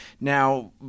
Now